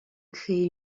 créer